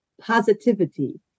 positivity